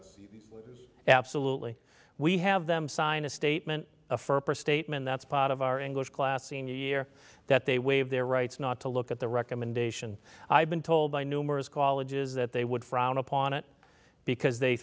yes absolutely we have them sign a statement a further statement that's part of our english class senior year that they waive their rights not to look at the recommendation i've been told by numerous call it is that they would frown upon it because they